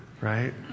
right